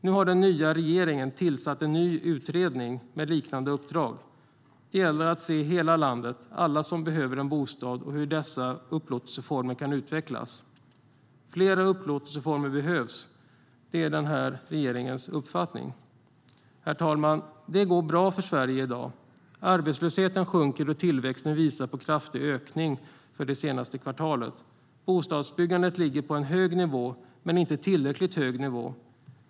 Nu har den nya regeringen tillsatt en ny utredning med liknande uppdrag. Det gäller att se hela landet, alla som behöver en bostad och hur dessa upplåtelseformer kan utvecklas. Flera upplåtelseformer behövs. Det är den här regeringens uppfattning. Herr talman! Det går bra för Sverige i dag. Arbetslösheten sjunker, och tillväxten visar på kraftig ökning för det senaste kvartalet. Bostadsbyggandet ligger på en hög nivå, men inte tillräckligt hög.